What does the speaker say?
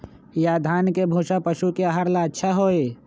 या धान के भूसा पशु के आहार ला अच्छा होई?